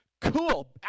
cool